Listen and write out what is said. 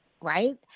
right